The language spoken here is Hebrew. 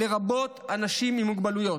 לרבות אנשים עם מוגבלויות.